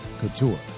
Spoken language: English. couture